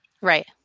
Right